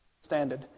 standard